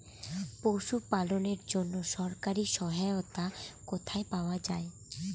পশু পালনের জন্য সরকারি সহায়তা কোথায় পাওয়া যায়?